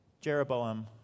Jeroboam